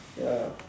ya